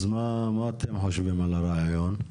מה אתם חושבים על הרעיון?